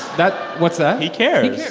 that what's that? he cares